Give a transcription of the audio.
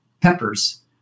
peppers